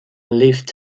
lifts